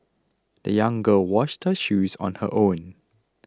the young girl washed her shoes on her own